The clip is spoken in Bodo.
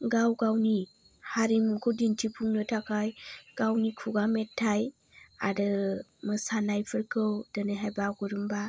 गाव गावनि हारिमुखौ दिन्थिफुंनो थाखाय गावनि खुगा मेथाइ आरो मोसानायफोरखौ दिनैहाय बागुरुम्बा